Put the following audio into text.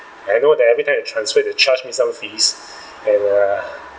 I know that every time you transfer they charge me some fees and err